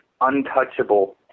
untouchable